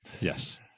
yes